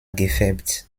gefärbt